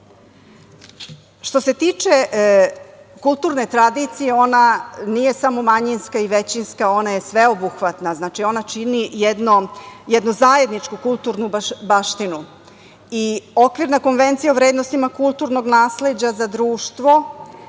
se tiče kulturne tradicije ona nije samo manjinska ili većinska, ona je sveobuhvatna. Ona čini jednu zajedničku kulturnu baštinu i Okvirna konvencija o vrednostima kulturnog nasleđa za društvo